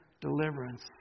deliverance